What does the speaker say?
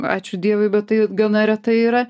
ačiū dievui bet tai gana retai yra